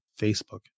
Facebook